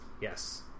Yes